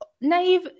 naive